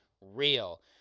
real